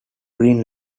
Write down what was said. green